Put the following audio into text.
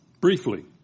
Briefly